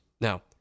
Now